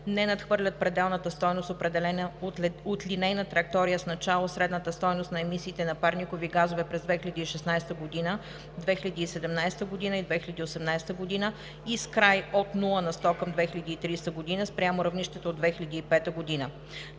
не надхвърлят пределната стойност, определена от линейна траектория с начало средната стойност на емисиите на парникови газове през 2016 г., 2017 г. и 2018 г. и с край от нула на сто към 2030 г. спрямо равнището от 2005 г.